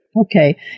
Okay